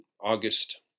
August